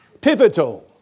pivotal